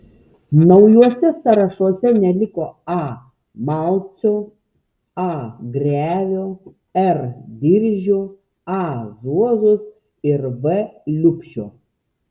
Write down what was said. naujuose sąrašuose neliko a malcio a grevio r diržio a zuozos ir v liubšio